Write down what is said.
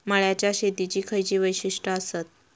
मळ्याच्या शेतीची खयची वैशिष्ठ आसत?